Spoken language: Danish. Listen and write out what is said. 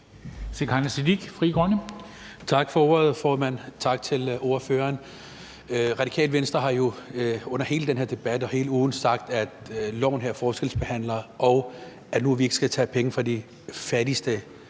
Tak for ordet, formand, og tak til ordføreren. Radikale Venstre har jo under hele den her debat og hele ugen sagt, at loven her forskelsbehandler, og at vi nu ikke skal tage penge fra de fattigste